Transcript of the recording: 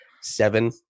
seven